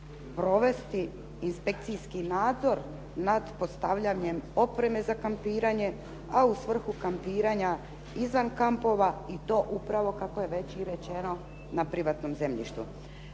provesti inspekcijski nadzor nad postavljanjem opreme za kampiranje, a u svrhu kampiranja izvan kampova i to upravo kako je već i rečeno na privatnom zemljištu.